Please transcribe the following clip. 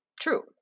true